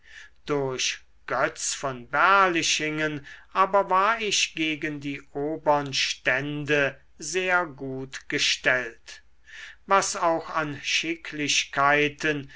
durch götz von berlichingen aber war ich gegen die obern stände sehr gut gestellt was auch an